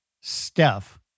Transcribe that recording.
Steph